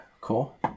cool